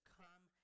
come